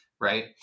right